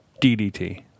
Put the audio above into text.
DDT